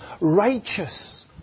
righteous